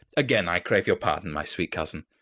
again i crave your pardon, my sweet cousin.